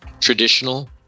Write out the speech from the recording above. Traditional